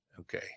okay